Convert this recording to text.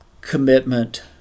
commitment